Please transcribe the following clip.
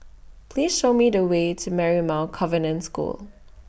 Please Show Me The Way to Marymount Convent School